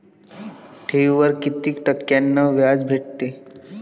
ठेवीवर कितीक टक्क्यान व्याज भेटते?